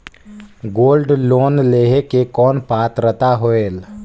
Gold loan लेहे के कौन पात्रता होएल?